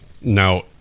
now